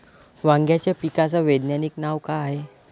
वांग्याच्या पिकाचं वैज्ञानिक नाव का हाये?